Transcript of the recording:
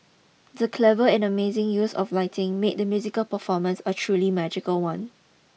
the clever and amazing use of lighting made the musical performance a truly magical one